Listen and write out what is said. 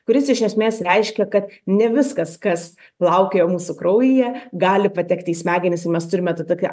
kuris iš esmės reiškia kad ne viskas kas plaukioja mūsų kraujyje gali patekti į smegenis ir mes turime tą tokia